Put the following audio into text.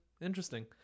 interesting